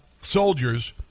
soldiers